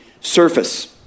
surface